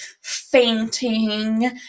fainting